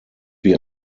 wie